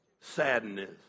sadness